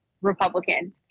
Republican